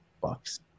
Bucks